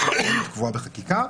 --- קבועה בחקיקה.